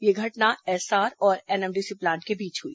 यह घटना एस्सार और एनएमडीसी प्लांट के बीच हुई